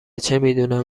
چمیدونم